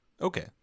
Okay